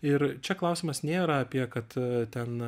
ir čia klausimas nėra apie kad ten